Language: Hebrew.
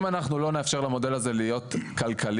אם אנחנו לא נאפשר למודל הזה להיות כלכלי,